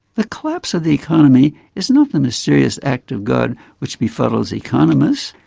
the collapse of the economy is not the mysterious act of god which befuddles economists.